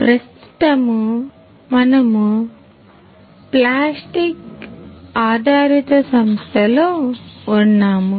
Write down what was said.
ప్రస్తుతం మనము ప్లాస్టిక్ ఆధారిత సంస్థలో ఉన్నాము